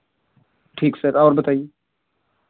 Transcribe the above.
ठीक सर और बताइए